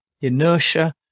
inertia